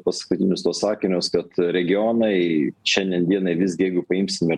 paskutinius tuos sakinius kad regionai šiandien dienai visgi jeigu paimsime